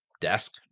desk